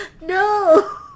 No